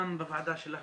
גם בוועדה שלך,